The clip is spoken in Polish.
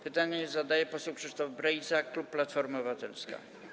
Pytanie zadaje poseł Krzysztof Brejza, klub Platforma Obywatelska.